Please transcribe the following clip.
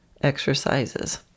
exercises